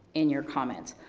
in your comments.